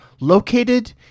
located